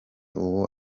uwo